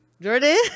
Jordan